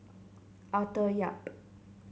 Arthur Yap